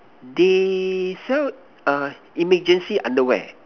they sell uh emergency underwear